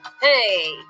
Hey